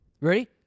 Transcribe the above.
Ready